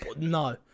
no